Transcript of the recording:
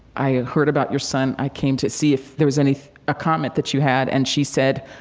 i heard about your son, i came to see if there was any a comment that you had. and she said,